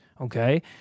okay